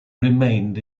remained